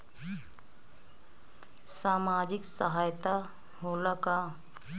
सामाजिक सहायता होला का?